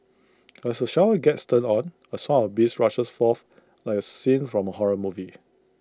as the shower gets turned on A swarm of bees rushes forth like A scene from A horror movie